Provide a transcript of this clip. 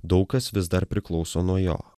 daug kas vis dar priklauso nuo jo